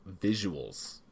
visuals